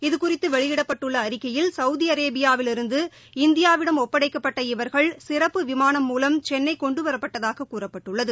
இதுகுறித்தவெளியிடப்பட்டுள்ள அறிக்கையில் சவுதிஅரேபியாவிலிருந்து இந்தியாவிடம் ஒப்படைக்கப்பட்ட இவர்கள் சிறப்பு விமானம் மூலம் சென்னைகொண்டுவரப்பட்டதாககூறப்பட்டுள்ளது